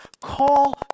call